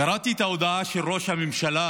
קראתי את ההודעה של ראש הממשלה